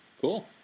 Cool